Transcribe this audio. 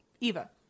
Eva